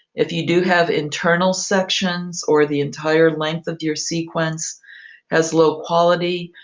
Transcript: if you do have internal sections or the entire length of your sequence has low quality,